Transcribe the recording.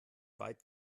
weit